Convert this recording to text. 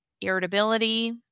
irritability